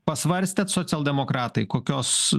pasvarstėt socialdemokratai kokios